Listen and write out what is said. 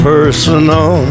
Personal